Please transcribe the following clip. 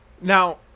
now